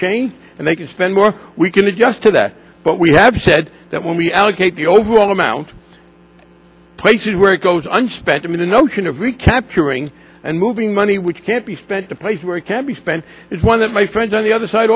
change and they can spend more we can adjust to that but we have said that when we allocate the overall amount of places where it goes back to me the notion of recapturing and moving money which can't be spent the place where it can be spent is one that my friends on the other side